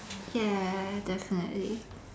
ya definitely